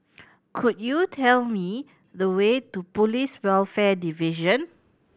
could you tell me the way to Police Welfare Division